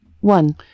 One